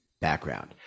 background